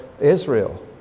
Israel